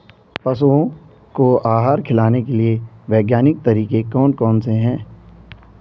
पशुओं को आहार खिलाने के लिए वैज्ञानिक तरीके कौन कौन से हैं?